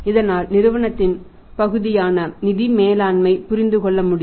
இதனால் நிறுவனத்தின் பகுதியான நிதி மேலாண்மையை புரிந்துகொள்ள முடியும்